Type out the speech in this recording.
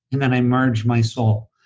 and then i merged my soul.